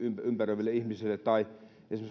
ympäröiville ihmisille tai